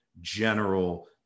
general